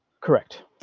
Correct